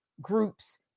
groups